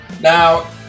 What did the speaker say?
Now